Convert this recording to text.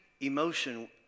emotion